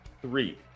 three